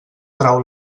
trau